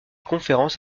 conférences